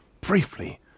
briefly